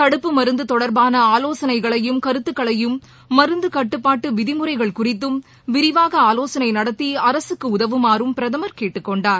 தடுப்பு மருந்து தொடர்பான ஆலோசனைகளையும் கருத்துக்களையும் மருந்துக் கட்டுப்பாடு விதிமுறைகள் குறித்தும் விரிவாக ஆவோசனை நடத்தி அரகக்கு உதவுமாறும் பிரதமர் கேட்டுக்கொண்டார்